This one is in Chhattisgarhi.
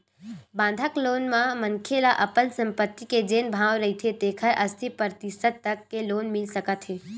बंधक लोन म मनखे ल अपन संपत्ति के जेन भाव रहिथे तेखर अस्सी परतिसत तक के लोन मिल सकत हे